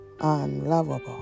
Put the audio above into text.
unlovable